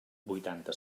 vuitanta